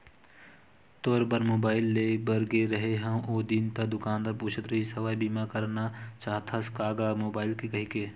तोर बर मुबाइल लेय बर गे रेहें हव ओ दिन ता दुकानदार पूछत रिहिस हवय बीमा करना चाहथस का गा मुबाइल के कहिके